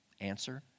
Answer